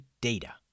data